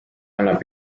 annab